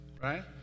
right